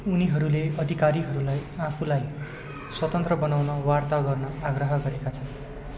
उनीहरूले अधिकारीहरूलाई आफूलाई स्वतन्त्र बनाउन वार्ता गर्न आग्रह गरेका छन्